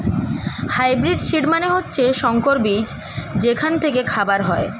hybrid seed মানে হচ্ছে সংকর বীজ যেখান থেকে খাবার হয়